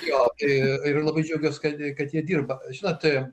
jo ir labai džiaugiuosi kalbėjo kad jie dirba žinote